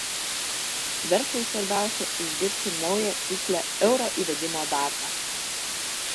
verslui svarbiausia išgirsti naują tikslią euro įvedimo datą